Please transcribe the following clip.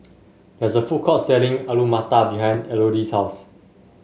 there is a food court selling Alu Matar behind Elodie's house